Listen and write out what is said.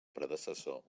predecessor